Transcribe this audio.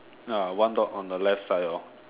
ya one dog on the left side hor